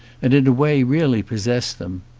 and in a way really possess them.